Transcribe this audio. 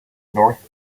north